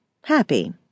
happy